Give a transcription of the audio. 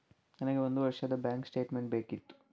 ನನಗೆ ಒಂದು ವರ್ಷದ ಬ್ಯಾಂಕ್ ಸ್ಟೇಟ್ಮೆಂಟ್ ಬೇಕಿತ್ತು